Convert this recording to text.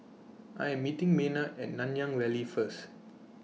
I Am meeting Maynard At Nanyang Valley First